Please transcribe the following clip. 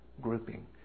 grouping